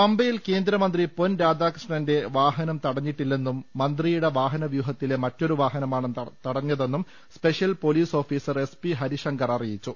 പമ്പയിൽ കേന്ദ്രമന്ത്രി പൊൻരാധാകൃഷ്ണൻെറ വാഹനം തടഞ്ഞിട്ടില്ലെന്നും മന്ത്രിയുടെ വാഹന വ്യൂഹത്തിലെ മറ്റൊരു വാഹനമാണ് തടഞ്ഞതെന്നും special police officer S P Harishankar അറിയിച്ചു